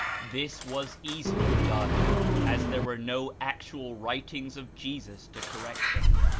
this was easily done as there were no act ual writings of jesus to correct them.